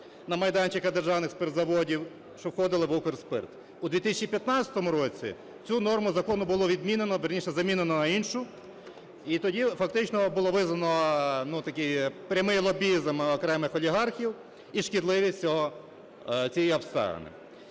на майданчиках державних спиртозаводів, що входили в "Укрспирт". У 2015 році цю норму закону було відмінено, вірніше замінено на іншу. І тоді фактично було визнано, ну, такий прямий лобізм окремих олігархів і шкідливість цієї обставини.